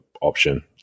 option